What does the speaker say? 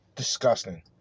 Disgusting